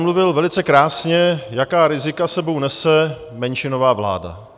Mluvil velice krásně, jaká rizika s sebou nese menšinová vláda.